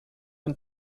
und